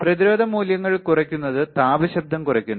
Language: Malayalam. പ്രതിരോധ മൂല്യങ്ങൾ കുറയ്ക്കുന്നതു താപ ശബ്ദം കുറയ്ക്കുന്നു